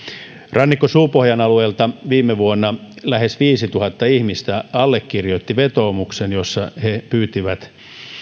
rannikko suupohjan alueelta viime vuonna lähes viisituhatta ihmistä allekirjoitti vetoomuksen jossa he pyysivät